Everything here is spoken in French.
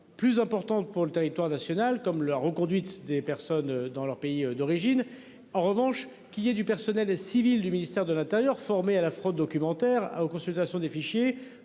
plus importante pour le territoire national comme la reconduite des personnes dans leur pays d'origine en revanche qu'il y ait du personnel civil du ministère de l'Intérieur. Formé à la fraude documentaire aux consultation des fichiers